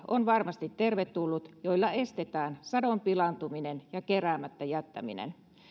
on tervetullut jokainen käsipari jolla estetään sadon pilaantuminen ja keräämättä jättäminen